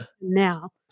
now